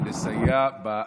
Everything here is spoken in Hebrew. לסייע לצוות.